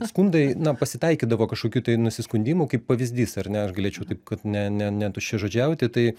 skundai na pasitaikydavo kažkokių tai nusiskundimų kaip pavyzdys ar ne aš galėčiau taip kad ne ne netuščiažodžiauti tai